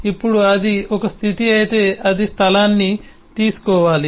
ఇప్పుడు అది ఒక స్థితి అయితే అది స్థలాన్ని తీసుకోవాలి